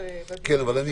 יש